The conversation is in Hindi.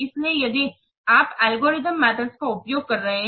इसलिए यदि आप एल्गोरिथम मेथड का उपयोग कर रहे हैं